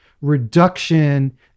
reduction